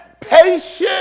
patience